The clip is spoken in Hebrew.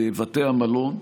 בבתי המלון,